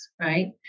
right